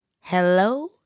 hello